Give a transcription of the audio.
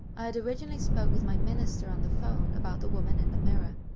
i had originally spoke with my minister on the phone about the woman in the mirror,